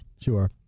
sure